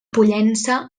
pollença